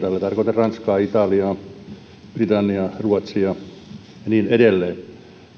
ranskaa italiaa britanniaa ruotsia ja niin edelleen